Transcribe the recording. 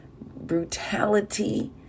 brutality